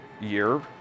year